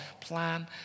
Plan